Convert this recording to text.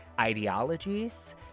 ideologies